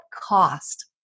cost